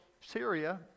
Syria